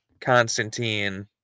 Constantine